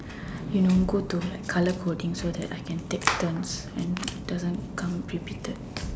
you know go to like colour coding so that I can take turns and doesn't come repeated